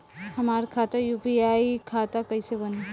हमार खाता यू.पी.आई खाता कइसे बनी?